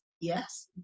yes